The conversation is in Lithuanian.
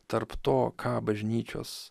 tarp to ką bažnyčios